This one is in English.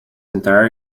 entire